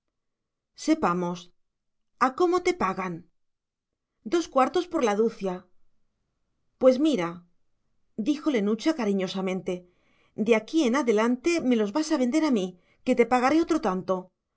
sepamos a cómo te pagan dos cuartos por la ducia pues mira díjole nucha cariñosamente de aquí en adelante me los vas a vender a mí que te pagaré otro tanto